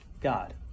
God